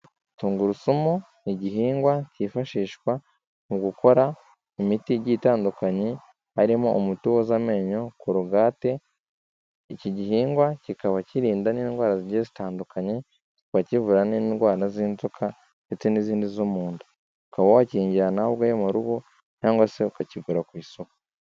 Tungurusumu ni igihingwa cyifashishwa mu gukora imiti igiye itandukanye harimo umuti woza amenyo korogate. Iki gihingwa kikaba kirinda n'indwara zigiye zitandukanye, kikaba kirinda n'indwara z'inzoka ndetse n'izindi zo mu nda. Ukaba wakihingira nawe iwawe murugo cyangwa se ukakigura ku isoko.